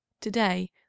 Today